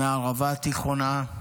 מהערבה התיכונה,